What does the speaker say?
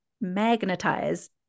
magnetize